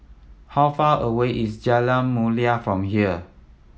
how far away is Jalan Mulia from here